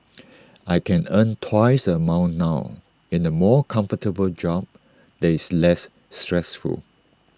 I can earn twice the amount now in A more comfortable job that is less stressful